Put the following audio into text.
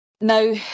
Now